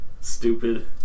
stupid